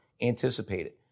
anticipated